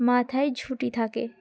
মাথায় ছঝুটি থাকে